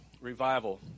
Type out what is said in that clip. revival